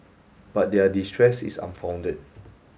but their distress is unfounded